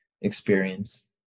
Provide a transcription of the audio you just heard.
experience